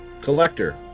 Collector